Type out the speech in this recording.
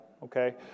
Okay